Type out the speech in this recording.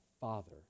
Father